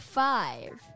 five